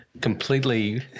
completely